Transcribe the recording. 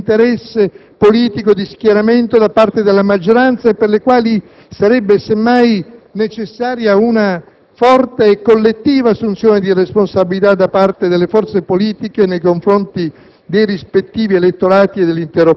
l'assenza di qualsiasi interesse politico di schieramento da parte della maggioranza e per le quali sarebbe semmai necessaria una forte e collettiva assunzione di responsabilità da parte delle forze politiche nei confronti